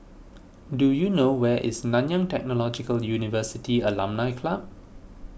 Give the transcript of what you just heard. do you know where is Nanyang Technological University Alumni Club